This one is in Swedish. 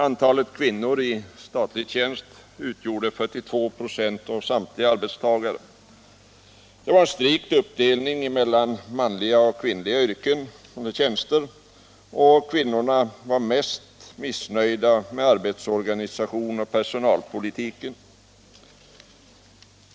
Antalet kvinnor i statlig tjänst utgjorde 42 96 av samtliga arbetstagare. Det var en strikt uppdelning mellan manliga och kvinnliga yrken och tjänster, och kvinnorna var mest missnöjda med arbetsorganisation och personalpolitik.